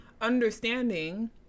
understanding